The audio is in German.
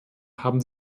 haben